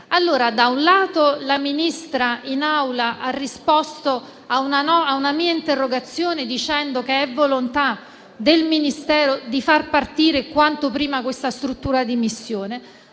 servono. Da un lato, il ministro Bernini ha risposto a una mia interrogazione in Aula dicendo che è volontà del Ministero di far partire quanto prima questa struttura di missione;